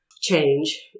change